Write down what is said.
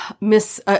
Miss